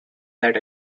that